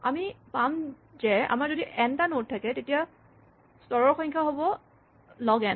আমি পাম যে আমাৰ যদি এন টা নড থাকে তেতিয়া স্তৰৰ সংখ্যা হ'ব লগ এন